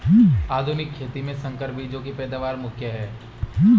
आधुनिक खेती में संकर बीजों की पैदावार मुख्य हैं